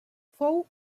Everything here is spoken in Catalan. fou